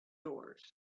doors